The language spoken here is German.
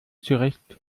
zurecht